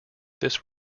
this